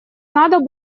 надо